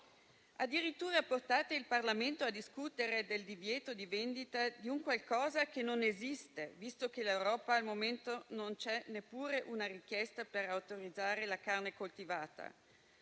Addirittura portate il Parlamento a discutere del divieto di vendita di un qualcosa che non esiste, visto che in Europa al momento non c'è neppure una richiesta per autorizzare la carne coltivata,